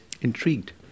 intrigued